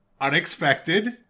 unexpected